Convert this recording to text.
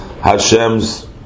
Hashem's